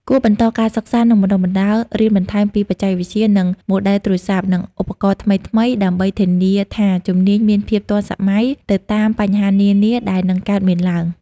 គួរបន្តការសិក្សា និងបណ្តុះបណ្តាល រៀនបន្ថែមពីបច្ចេកវិទ្យា និងម៉ូដែលទូរស័ព្ទ និងឧបករណ៍ថ្មីៗ ដើម្បីធានាថាជំនាញមានភាពទាន់សម័យ ទៅតាមបញ្ហានានាដែលនឹងកើតមានទ្បើង។